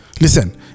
Listen